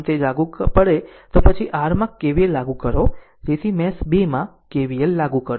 આમ જો લાગુ પડે તો પછી R માં KVL લાગુ કરો જેથી મેશ 2 માં KVL લાગુ કરો